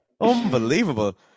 Unbelievable